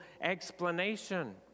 explanation